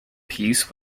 piece